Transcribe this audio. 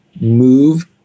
move